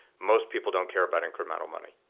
most people don't care about incremental money.